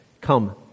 Come